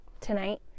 Tonight